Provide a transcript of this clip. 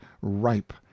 ripe